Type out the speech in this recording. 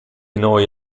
noi